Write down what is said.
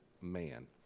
man